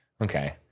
Okay